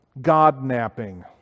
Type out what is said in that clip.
Godnapping